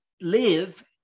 live